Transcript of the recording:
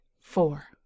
four